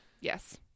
Yes